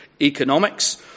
economics